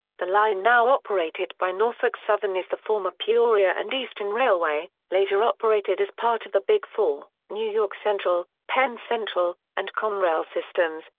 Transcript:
the line now operated by norfolk southern is the former peoria and eastern railway, later operated as part of the big four, new york central, penn central, and conrail systems,